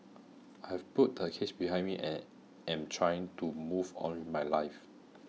I have put the case behind me and am trying to move on in my life